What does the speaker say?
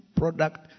product